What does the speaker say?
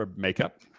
ah makeup.